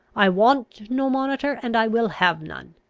i want no monitor, and i will have none.